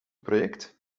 project